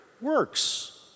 works